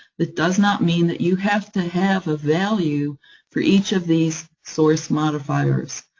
it does not mean that you have to have a value for each of these source modifiers.